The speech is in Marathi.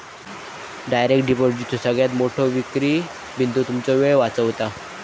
डायरेक्ट डिपॉजिटचो सगळ्यात मोठो विक्री बिंदू तुमचो वेळ वाचवता